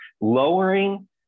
lowering